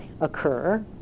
occur